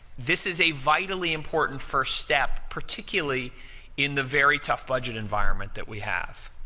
this is a vitally important first step, particularly in the very tough budget environment that we have.